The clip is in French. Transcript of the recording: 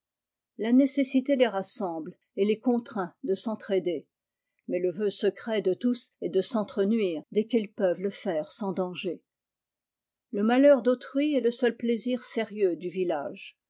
la nécessité les rassemble et les contraint de s'entr'aider mais le vœu secret de tous est de sentre nuire dès qu'ils peuvent le esans danger le malheur d'autrui est le seul plaisir sérieux du village